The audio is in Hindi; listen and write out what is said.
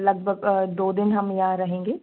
लगभग दो दिन हम यहाँ रहेंगे